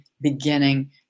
beginning